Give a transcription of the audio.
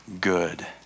good